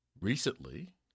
recently